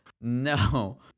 No